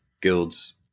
guilds